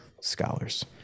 scholars